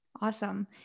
Awesome